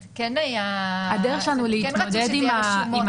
כן רצו שזה יהיה רשומות --- הדרך שלנו להתמודד עם